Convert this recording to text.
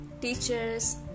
teachers